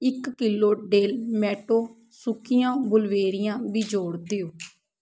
ਇੱਕ kilo Del Monte ਸੁੱਕੀਆਂ ਬੁਲਬੇਰੀਆਂ ਵੀ ਜੋੜ ਦਿਉ